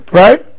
right